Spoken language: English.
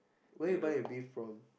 where you buy your beef from